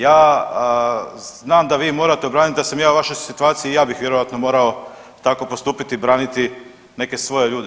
Ja znam da vi morate obranit, da sam ja u vašoj situaciji i ja bih vjerojatno morao tako postupiti i branit neke svoje ljude.